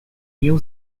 new